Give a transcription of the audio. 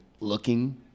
looking